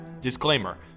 disclaimer